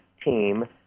team